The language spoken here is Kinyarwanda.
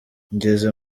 ngeze